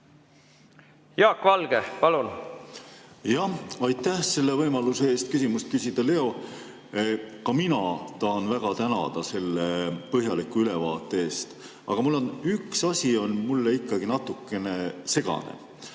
Jaak Valge, palun! Aitäh võimaluse eest küsida! Leo, ka mina tahan väga tänada selle põhjaliku ülevaate eest. Aga üks asi on mulle ikkagi natukene segane.